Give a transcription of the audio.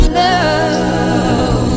love